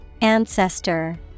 Ancestor